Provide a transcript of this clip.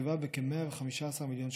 שתוקצבה בכ-115 מיליון שקלים.